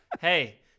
Hey